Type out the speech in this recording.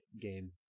game